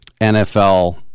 NFL